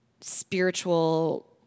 spiritual